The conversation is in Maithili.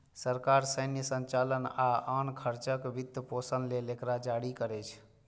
सरकार सैन्य संचालन आ आन खर्चक वित्तपोषण लेल एकरा जारी करै छै